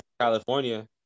California